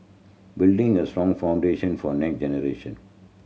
build a strong foundation for next generation